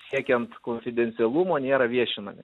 siekiant konfidencialumo nėra viešinami